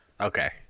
Okay